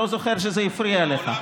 אני לא זוכר שזה הפריע לך.